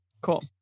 Cool